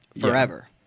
forever